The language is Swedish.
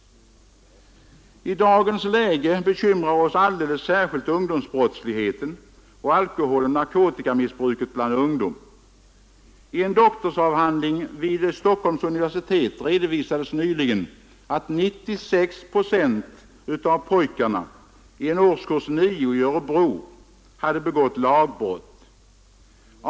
I dagens läge bekymrar oss alldeles särskilt ungdomsbrottsligheten och alkoholoch narkotikamissbruket bland ungdom. I en doktorsavhandling vid Stockholms universitet redovisades nyligen att 96 procent av pojkarna i en årskurs 9 i Örebro hade begått lagbrott.